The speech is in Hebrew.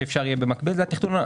שאפשר לצמצם בערך בשנה.